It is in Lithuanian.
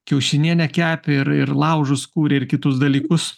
kiaušinienę kepė ir ir laužus kūrė ir kitus dalykus